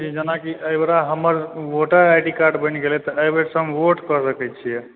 जेनाकि एहिबेरा हमर वोटर आइ डी कार्ड बनि गेलै तऽ एहिबेरसॅं हम वोट करि सकै छियै